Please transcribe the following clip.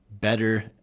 better